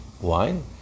Wine